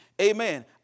Amen